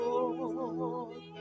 Lord